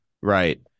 right